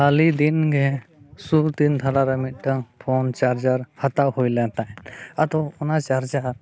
ᱦᱟᱹᱞᱤ ᱫᱤᱱᱜᱮ ᱥᱩᱨ ᱫᱤᱱ ᱫᱷᱟᱨᱟᱨᱮ ᱢᱤᱫᱴᱟᱹᱝ ᱯᱷᱳᱱ ᱪᱟᱨᱡᱟᱨ ᱦᱟᱛᱟᱣ ᱦᱩᱭᱞᱮᱱ ᱛᱟᱦᱮᱸᱫ ᱟᱫᱚ ᱚᱱᱟ ᱪᱟᱨᱡᱟᱨ